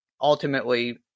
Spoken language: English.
ultimately